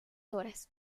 horas